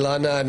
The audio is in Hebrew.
אילנה,